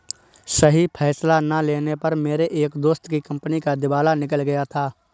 सही फैसला ना लेने पर मेरे एक दोस्त की कंपनी का दिवाला निकल गया था